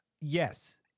Yes